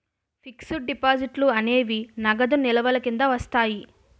fixed డిపాజిట్లు అనేవి నగదు నిల్వల కింద వస్తాయి